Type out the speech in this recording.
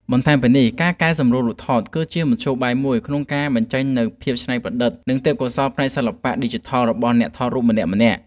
បន្ថែមពីនេះ ការកែសម្រួលរូបថតគឺជាមធ្យោបាយមួយក្នុងការបញ្ចេញនូវភាពច្នៃប្រឌិត និងទេពកោសល្យផ្នែកសិល្បៈឌីជីថលរបស់អ្នកថតរូបម្នាក់ៗ។